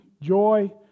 Joy